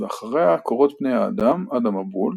ואחריה קורות בני האדם עד המבול,